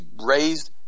raised